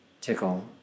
tickle